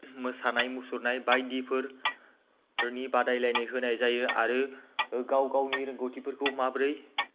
मोसानाय मुसुरनाय बायदिफोरनि बादायलायनाय होनाय जायो आरो गाव गावनि रोंगौथिफोरखौ माब्रै